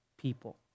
people